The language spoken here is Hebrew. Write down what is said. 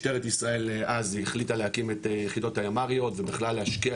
משטרת ישראל אז החליטה להקים את היחידות הימ"ריות ובכלל להשקיע